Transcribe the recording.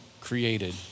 created